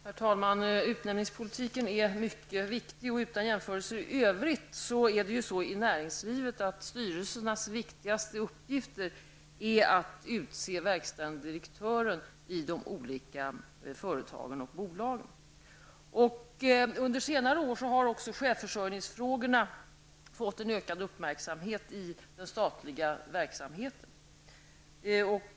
Herr talman! Utnämningspolitiken är mycket viktig, och utan jämförelser i övrigt är det ju i näringslivet så att styrelsernas viktigaste uppgift är att utse verkställande direktören i de olika företagen och bolagen. Under senare år har också chefsförsörjningsfrågorna fått en ökad uppmärksamhet i den statliga verksamheten.